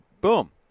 boom